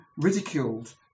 ridiculed